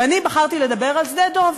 ואני בחרתי לדבר על שדה-דב.